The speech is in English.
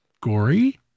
gory